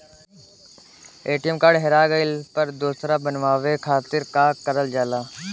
ATM card हेरा गइल पर दोसर बनवावे खातिर का करल जाला?